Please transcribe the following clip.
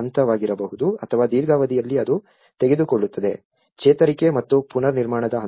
ಹಂತವಾಗಿರಬಹುದು ಅಥವಾ ದೀರ್ಘಾವಧಿಯಲ್ಲಿ ಅದು ತೆಗೆದುಕೊಳ್ಳುತ್ತದೆ ಚೇತರಿಕೆ ಮತ್ತು ಪುನರ್ನಿರ್ಮಾಣದ ಹಂತಗಳು